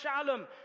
Shalom